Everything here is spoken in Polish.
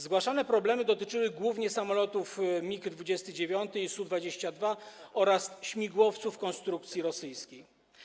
Zgłaszane problemy dotyczyły głównie samolotów MiG-29 i Su-22 oraz śmigłowców konstrukcji rosyjskiej.